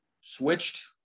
switched